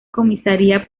comisaría